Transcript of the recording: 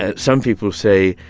ah some people say,